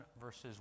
verses